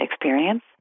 experience